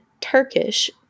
Turkish